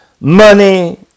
money